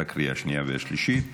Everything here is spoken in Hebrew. לקריאה השנייה והשלישית,